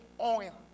oil